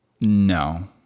No